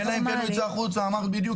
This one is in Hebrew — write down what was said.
אלא אם כן הוא ייצא החוצה, בדיוק.